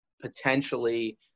potentially